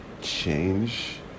change